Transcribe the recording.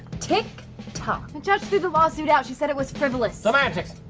tic toc. the judge threw the lawsuit out, she said it was frivolous. semantics.